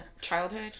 childhood